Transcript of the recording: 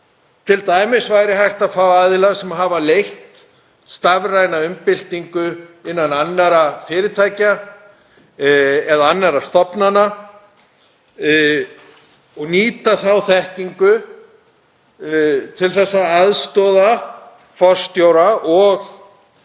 Til dæmis væri hægt að fá aðila sem hafa leitt stafræna umbyltingu innan annarra fyrirtækja eða annarra stofnana og nýta þá þekkingu til að aðstoða forstjóra og